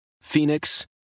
Phoenix